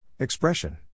Expression